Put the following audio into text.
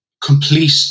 complete